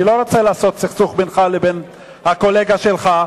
אני לא רוצה לעשות סכסוך בינך לבין הקולגה שלך.